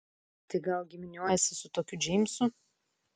tai gal giminiuojiesi su tokiu džeimsu